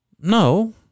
No